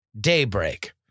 daybreak